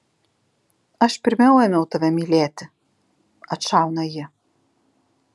aš pirmiau ėmiau tave mylėti atšauna ji